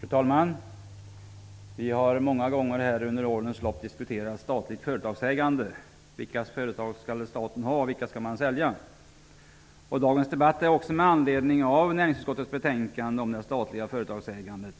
Fru talman! Vi har många gånger under årens lopp diskuterat statligt företagsägande. Vilka företag skall staten ha och vilka skall man sälja? Dagens debatt förs också med anledning av näringsutskottets betänkande om det statliga företagsägandet.